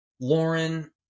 Lauren